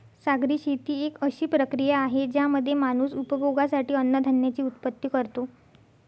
सागरी शेती एक अशी प्रक्रिया आहे ज्यामध्ये माणूस उपभोगासाठी अन्नधान्याची उत्पत्ति करतो